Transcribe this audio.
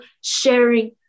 sharing